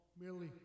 merely